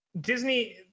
Disney